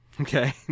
Okay